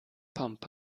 pump